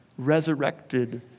resurrected